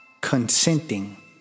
Consenting